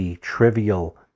trivial